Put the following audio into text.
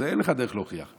אין לך דרך להוכיח.